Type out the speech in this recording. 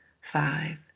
five